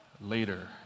later